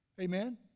amen